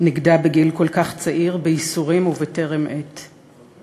נגדע בגיל כל כך צעיר בייסורים ובטרם עת.